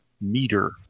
Meter